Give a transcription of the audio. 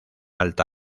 alta